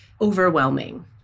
overwhelming